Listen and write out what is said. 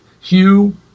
Hugh